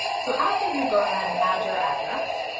so after you go ahead and add your address,